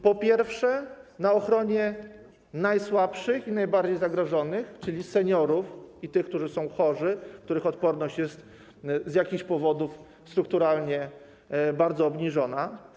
Po pierwsze, na ochronie najsłabszych i najbardziej zagrożonych, czyli seniorów i tych, którzy są chorzy, których odporność jest z jakichś powodów strukturalnie bardzo obniżona.